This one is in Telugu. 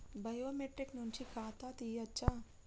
బయోమెట్రిక్ నుంచి ఖాతా తీయచ్చా?